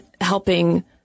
helping